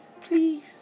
Please